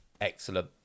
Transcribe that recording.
Excellent